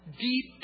deep